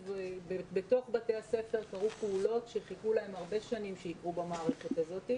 בתוך בתי הספר קרו פעולות שחיכו להן הרבה שנים שיקרו במערכת הזאת.